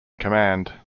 command